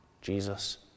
Jesus